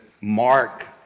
mark